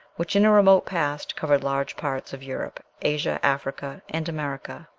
which in a remote past covered large parts of europe, asia, africa, and america.